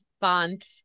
font